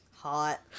hot